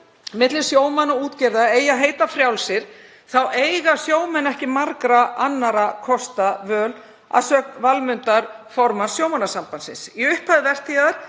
milli sjómanna og útgerða eigi að heita frjálsir eiga sjómenn ekki margra annarra kosta völ að sögn Valmundar, formanns Sjómannasambandsins. Í upphafi vertíðar